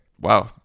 wow